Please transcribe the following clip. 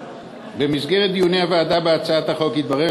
במסגרת דיוני הוועדה בהצעת החוק התברר